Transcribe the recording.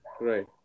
Right